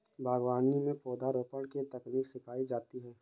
बागवानी में पौधरोपण की तकनीक सिखाई जाती है